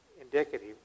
indicative